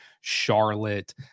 Charlotte